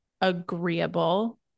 agreeable